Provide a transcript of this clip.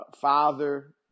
father